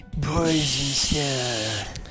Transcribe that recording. Poison